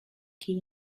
keys